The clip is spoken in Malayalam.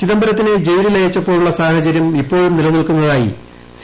ചിദംബരത്തിനെ ജയിലിൽ അയച്ചപ്പോഴുളള സാഹചര്യം ഇപ്പോഴും നിലനിൽക്കുന്നതായി സി